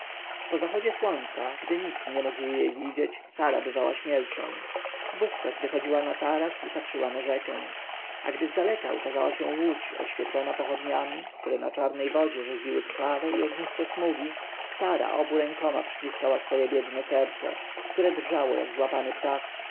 po zachodzie słońca gdy nikt nie mógł jej widzieć sara bywała śmielszą wówczas wychodziła na taras i patrzyła na rzekę a gdy zdaleka ukazała się łódź oświetlona pochodniami które na czarnej wodzie rzeźbiły krwawe i ogniste smugi sara obu rękami przyciskała swoje biedne serce które drżało jak złapany ptak